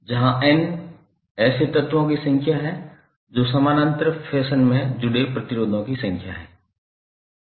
जहां N ऐसे तत्वों की संख्या है जो समानांतर फैशन में जुड़े प्रतिरोधों की संख्या है